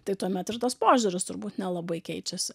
tai tuomet ir tas požiūris turbūt nelabai keičiasi